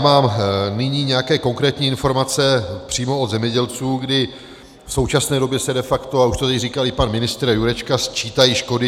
Mám nyní nějaké konkrétní informace přímo od zemědělců, kdy v současné době se de facto a už to tady říkal pan ministr Jurečka sčítají škody.